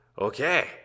Okay